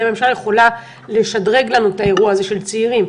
הממשלה יכולה לשדרג לנו את האירוע הזה של צעירים.